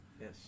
Yes